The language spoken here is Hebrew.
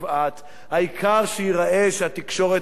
העיקר שייראה שהתקשורת עדיין חופשית.